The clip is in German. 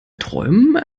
träumen